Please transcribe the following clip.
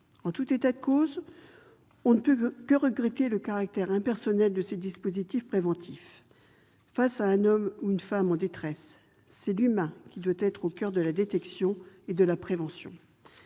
En tout état de cause, on ne peut que regretter le caractère impersonnel de ces dispositifs préventifs. Face à un homme ou une femme en détresse, c'est l'humain qui doit être au coeur de la détection et de la prévention.